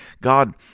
god